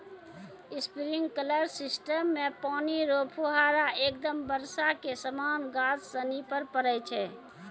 sprinkler system मे पानी रो फुहारा एकदम बर्षा के समान गाछ सनि पर पड़ै छै